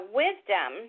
wisdom